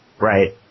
right